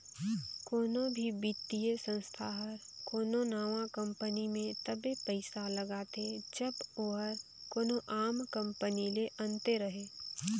कोनो भी बित्तीय संस्था हर कोनो नावा कंपनी में तबे पइसा लगाथे जब ओहर कोनो आम कंपनी ले अन्ते रहें